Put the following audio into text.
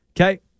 Okay